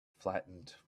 flattened